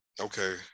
okay